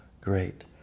Great